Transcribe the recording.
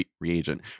reagent